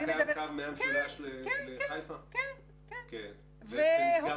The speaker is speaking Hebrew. מתי הוא נסגר?